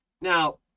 Now